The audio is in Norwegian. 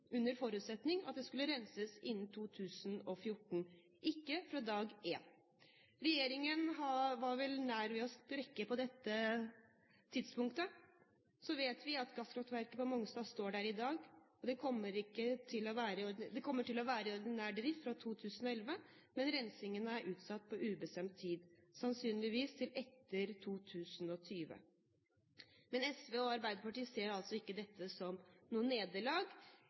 under forutsetning av at det skulle renses innen 2014, ikke fra dag én. Regjeringen var vel nær ved å sprekke på dette tidspunktet. Så vet vi at gasskraftverket på Mongstad står der i dag. Det kommer til å være i ordinær drift fra 2011, men rensingen er utsatt på ubestemt tid, sannsynligvis til etter 2020. Men SV og Arbeiderpartiet ser altså ikke dette som noe nederlag